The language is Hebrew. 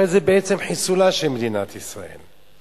הרי זה בעצם חיסולה של מדינת ישראל.